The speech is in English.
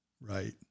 Right